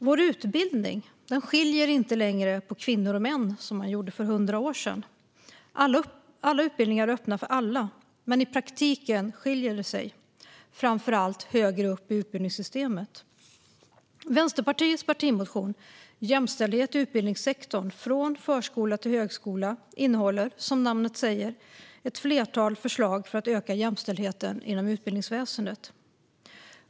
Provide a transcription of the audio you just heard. Vår utbildning skiljer inte längre på kvinnor och män, som den gjorde för 100 år sedan. Alla utbildningar är öppna för alla, men i praktiken skiljer det sig, framför allt högre upp i utbildningssystemet. Vänsterpartiets partimotion Jämställdhet i utbildningssektorn - från förskola till högskola innehåller, som namnet säger, ett flertal förslag för att öka jämställdheten inom utbildningsväsendet.